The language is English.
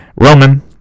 Roman